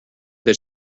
that